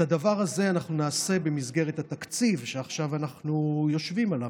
את הדבר הזה אנחנו נעשה במסגרת התקציב שעכשיו אנחנו יושבים עליו.